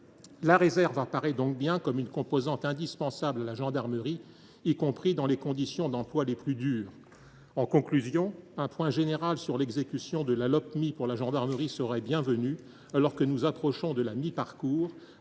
La réserve apparaît donc bien comme une composante indispensable à la gendarmerie, y compris dans les conditions d’emploi les plus dures. En conclusion, un point général sur l’exécution de la Lopmi pour la gendarmerie serait bienvenu, alors que nous approchons de la mi